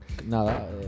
Nada